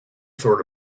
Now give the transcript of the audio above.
sort